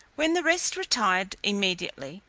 when the rest retired immediately,